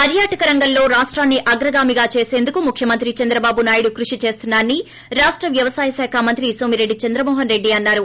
పర్యాటక రంగంలో రాష్టాన్ని అగ్రగామిగా చేసందుకు ముఖ్యమంత్రి చంద్రబాబు నాయుడు కృషి చేస్తున్నా రని రాష్ట వ్యవసాయశాఖ మంత్రి సోమిరెడ్డి చంద్రమోహన్రెడ్డి చెప్పారు